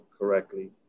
correctly